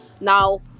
Now